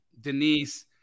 Denise